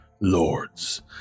lords